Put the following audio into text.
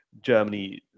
Germany